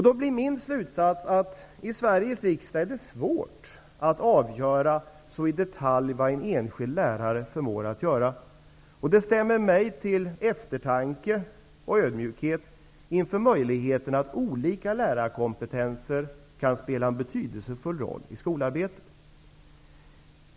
Då blir min slutsats att det i Sveriges riksdag är svårt att avgöra i detalj vad en enskild lärare förmår att göra. Det stämmer mig till eftertanke och ödmjukhet inför möjigheten att olika lärarkompetenser kan spela en betydelsefull roll i skolarbetet.